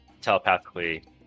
telepathically